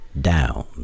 down